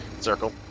circle